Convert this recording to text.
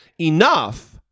enough